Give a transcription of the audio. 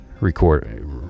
record